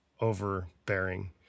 overbearing